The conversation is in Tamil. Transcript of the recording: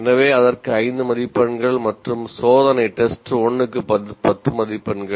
எனவே அதற்கு 5 மதிப்பெண்கள் மற்றும் சோதனை 1 க்கு 10 மதிப்பெண்கள்